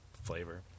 flavor